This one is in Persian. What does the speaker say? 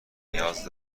نیاز